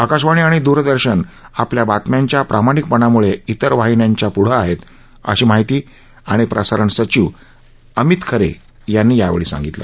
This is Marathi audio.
आकाशवाणी आणि दूरदर्शन आपल्या बातम्यांच्या प्रामाणिकपणाम्ळे इतर वाहिन्यांच्या प्ढं आहेत असं माहिती आणि प्रसारण सचिव अमित खरे यांनी यावेळी सांगितलं